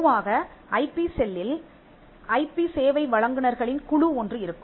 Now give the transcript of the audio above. பொதுவாக ஐபி செல்லில் I P சேவை வழங்குநர்களின் குழு ஒன்று இருக்கும்